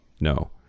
No